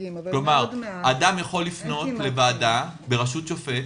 אדם יכול לפנות לוועדה בראשות שופט,